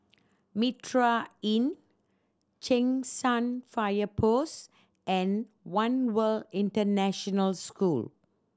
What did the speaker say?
Mitraa Inn Cheng San Fire Post and One World International School